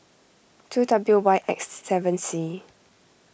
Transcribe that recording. two W Y X seven C